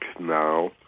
now